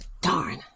Darn